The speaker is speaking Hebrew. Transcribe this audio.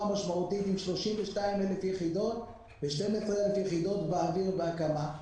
משמעותית עם 32,000 יחידות ו-12,000 יחידות באוויר בהקמה,